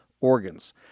organs